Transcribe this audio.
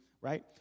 Right